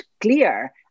clear